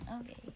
okay